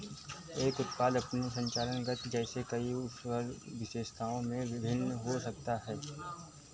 एक उत्पाद अपनी संचालन गति जैसी कई विशेषताओं में विभिन्न हो सकता है